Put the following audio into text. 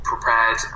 prepared